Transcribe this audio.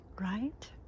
right